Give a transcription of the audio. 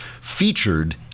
featured